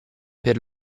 per